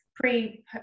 pre